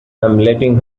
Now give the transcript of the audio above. letting